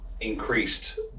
increased